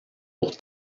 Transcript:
pour